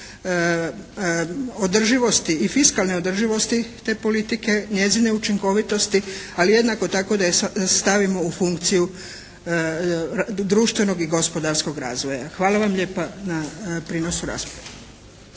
održivosti i fiskalne održivosti te politike, njezine učinkovitosti, ali jednako tako da je stavimo u funkciju društvenog i gospodarskog razvoja. Hvala vam lijepa na prijenosu rasprave.